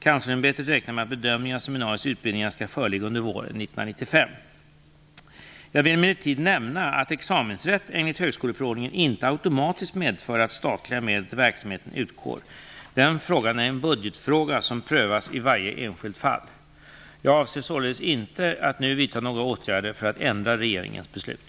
Kanslersämbetet räknar med att bedömningen av seminariets utbildningar skall föreligga under våren 1995. Jag vill emellertid nämna att examensrätt enligt högskoleförordningen inte automatiskt medför att statliga medel till verksamheten utgår. Den frågan är en budgetfråga som prövas i varje enskilt fall. Jag avser således inte att nu vidta några åtgärder för att ändra regeringens beslut.